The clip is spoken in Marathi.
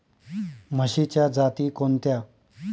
म्हशीच्या जाती कोणत्या?